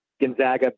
Gonzaga